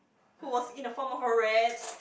who was in the form of a rat